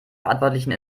verantwortlichen